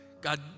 god